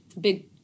big